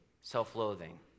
self-loathing